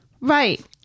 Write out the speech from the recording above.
Right